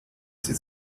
sie